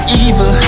evil